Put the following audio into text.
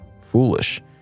foolish